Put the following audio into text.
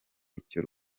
icyo